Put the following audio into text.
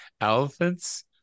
elephants